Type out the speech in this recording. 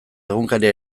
egunkaria